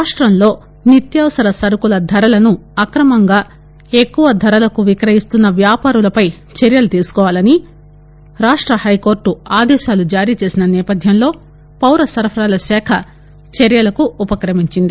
రాష్టంలో నిత్యావసర సరకుల ధరలను అక్రమంగా ఎక్కువ ధరలకు విక్రయిస్తున్న వ్యాపారులపై చర్యలు తీసుకోవవాలని రాష్ట హై కోర్టు ఆదేశాలు జారీచేసిన నేపధ్యంలో పౌరసరఫరాల శాఖ చర్యలకు ఉపక్రమించింది